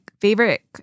favorite